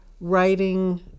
writing